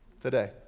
today